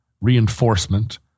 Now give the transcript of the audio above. reinforcement